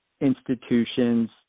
institutions